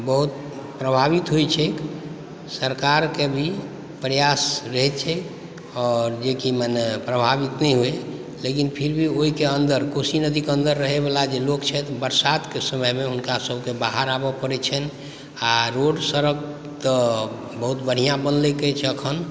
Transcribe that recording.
बहुत प्रभावित होइ छैक सरकारकेँ भी प्रयास रहै छैक और जेकि मने प्रभावित नहि होइ लेकिन फिर भी ओहिके अन्दर कोशी नदीकेँ अन्दर रहै वला जे लोक छथि बरसातके समयमे हुनका सभकेँ बाहर आबऽ पड़ै छनि आ रोड सड़क तऽ बहुत बढ़िऑं बनल छैक अखन